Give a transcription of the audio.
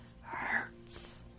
hurts